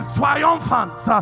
triumphant